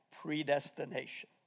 predestination